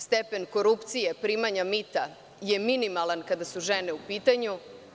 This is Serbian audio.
Stepen korupcije, primanje mita je minimalan kada su žene u pitanju.